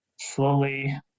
slowly